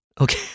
Okay